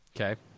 Okay